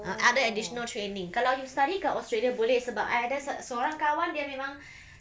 ah other additional training kalau you study dekat australia boleh sebab I ada se~ seorang kawan dia memang